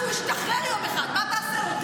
אבל הוא ישתחרר יום אחד, מה תעשה לו?